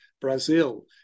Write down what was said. Brazil